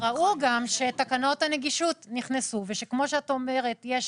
ראו גם שתקנות הנגישות נכנסו וכמו שאת אומרת יש